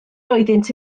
oeddynt